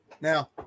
now